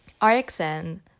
RxN